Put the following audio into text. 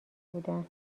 بودن